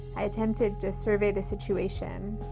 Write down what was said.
i attempted to survey the situation.